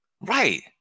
Right